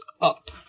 up